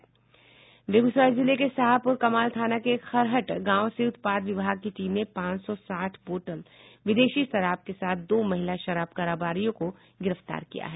बेगूसराय जिले के साहेबपुर कमाल थाना के खरहट गांव से उत्पाद विभाग की टीम ने पांच सौ साठ बोतल विदेशी के साथ दो महिला शराब कारोबारियों को गिरफ्तार किया है